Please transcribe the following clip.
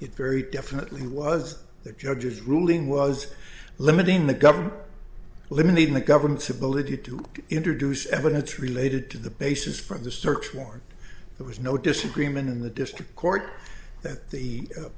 it very definitely was the judge's ruling was limiting the government eliminating the government's ability to introduce evidence related to the basis from the search warrant there was no disagreement in the district court that the